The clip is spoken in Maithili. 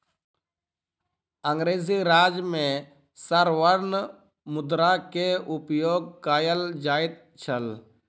अंग्रेजी राज में स्वर्ण मुद्रा के उपयोग कयल जाइत छल